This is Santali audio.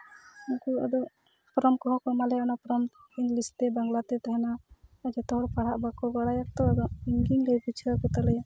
ᱩᱱᱠᱩ ᱚᱸᱰᱮ ᱯᱷᱨᱚᱢ ᱠᱚᱦᱚᱸ ᱠᱚ ᱮᱢᱟᱞᱮᱭᱟ ᱚᱱᱟ ᱯᱷᱨᱚᱢ ᱤᱝᱞᱤᱥᱛᱮ ᱵᱟᱝᱞᱟ ᱛᱮ ᱛᱟᱦᱮᱱᱟ ᱡᱚᱛᱚ ᱦᱚᱲ ᱯᱟᱲᱦᱟᱜ ᱵᱟᱠᱚ ᱵᱟᱲᱟᱭᱟᱛᱚ ᱟᱫᱚ ᱤᱧᱜᱤᱧ ᱞᱟᱹᱭ ᱵᱩᱡᱷᱟᱹᱣᱟᱠᱚ ᱛᱟᱞᱮᱭᱟ